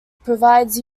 provides